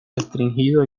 restringido